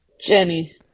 Jenny